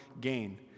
gain